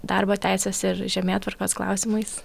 darbo teisės ir žemėtvarkos klausimais